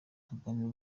tugaharanira